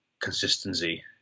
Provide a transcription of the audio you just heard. consistency